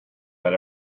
that